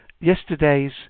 yesterday's